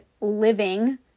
living